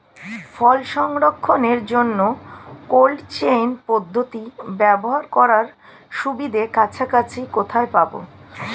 ফল সংরক্ষণের জন্য cold chain পদ্ধতি ব্যবহার করার সুবিধা কাছাকাছি কোথায় পাবো?